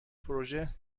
پروژه